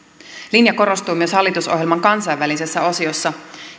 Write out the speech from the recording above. linja korostuu myös hallitusohjelman kansainvälisessä osiossa